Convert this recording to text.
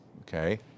Okay